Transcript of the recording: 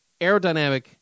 aerodynamic